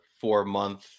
four-month